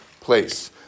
place